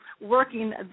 working